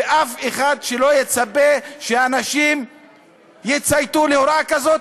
ושאף אחד לא יצפה שאנשים יצייתו להוראה כזאת.